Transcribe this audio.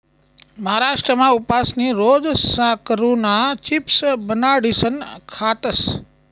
महाराष्ट्रमा उपासनी रोज साकरुना चिप्स बनाडीसन खातस